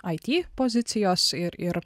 it pozicijos ir ir